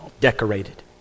Decorated